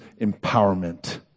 empowerment